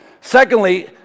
Secondly